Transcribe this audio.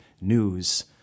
news